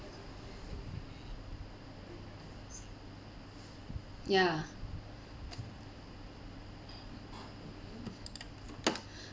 ya